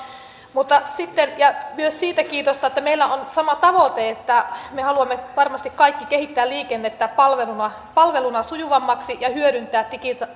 ja myös siitä kiitosta että meillä on sama tavoite että me haluamme varmasti kaikki kehittää liikennettä palveluna sujuvammaksi ja hyödyntää